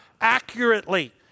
accurately